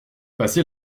passé